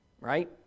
Right